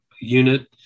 unit